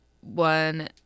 one